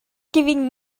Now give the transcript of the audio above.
giving